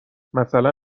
مثلا